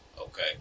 Okay